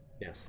Yes